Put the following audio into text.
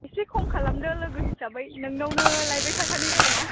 एसे खम खालामदो लोगो हिसाबै नोंनावनो लायबाय थाखानाय जायो ना